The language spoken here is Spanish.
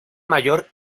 mayor